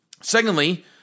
Secondly